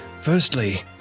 Firstly